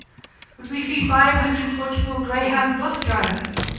would we see five hundred and forty four greyhound bus drivers?